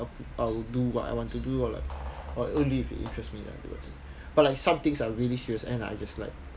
I'll do what I want to do or like or leave interests me than I won't do but like some things are really serious and I just like